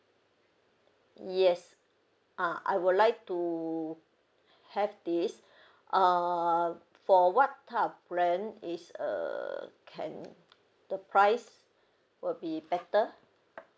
yes ah I would like to have this uh for what type of plan is err can the price will be better